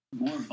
more